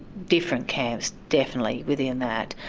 different camps, definitely, within that.